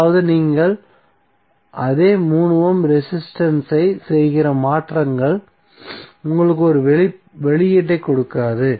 அதாவது நீங்கள் அதே 3 ஓம் ரெசிஸ்டன்ஸ்ஐச் செய்கிற மாற்றங்கள் உங்களுக்கு ஒரே வெளியீட்டைக் கொடுக்காது